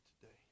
today